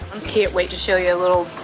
can't wait to show you a little